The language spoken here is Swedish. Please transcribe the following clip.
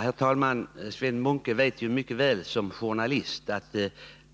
Herr talman! Som journalist vet Sven Munke mycket väl att det